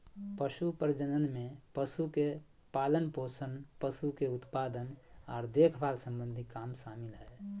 पशु प्रजनन में पशु के पालनपोषण, पशु के उत्पादन आर देखभाल सम्बंधी काम शामिल हय